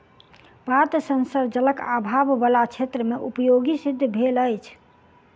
पात सेंसर जलक आभाव बला क्षेत्र मे उपयोगी सिद्ध भेल अछि